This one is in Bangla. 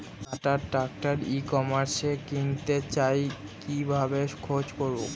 কাটার ট্রাক্টর ই কমার্সে কিনতে চাই কিভাবে খোঁজ করো?